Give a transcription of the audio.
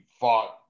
fought